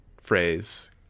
phrase